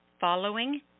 following